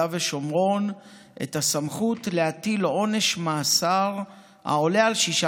ושומרון את הסמכות להטיל עונש מאסר העולה על שישה